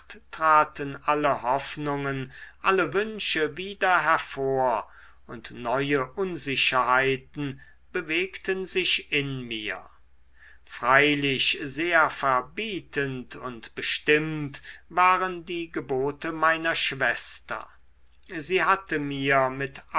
traten alle hoffnungen alle wünsche wieder hervor und neue unsicherheiten bewegten sich in mir freilich sehr verbietend und bestimmt waren die gebote meiner schwester sie hatte mir mit